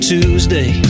Tuesday